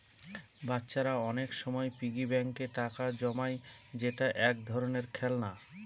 বাচ্চারা অনেক সময় পিগি ব্যাঙ্কে টাকা জমায় যেটা এক ধরনের খেলনা